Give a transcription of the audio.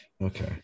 Okay